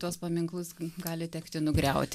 tuos paminklus gali tekti nugriauti